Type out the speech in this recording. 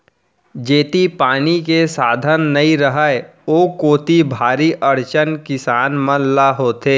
जेती पानी के साधन नइ रहय ओ कोती भारी अड़चन किसान मन ल होथे